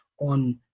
on